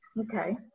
Okay